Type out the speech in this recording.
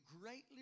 greatly